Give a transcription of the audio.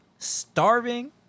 starving